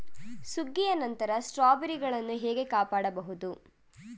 ಸುಗ್ಗಿಯ ನಂತರ ಸ್ಟ್ರಾಬೆರಿಗಳನ್ನು ಹೇಗೆ ಕಾಪಾಡ ಬಹುದು?